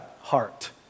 heart